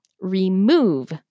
remove